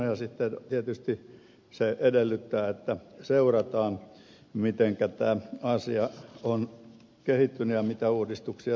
se sitten tietysti edellyttää että seurataan mitenkä tämä asia on kehittynyt ja mitä uudistuksia tarvitaan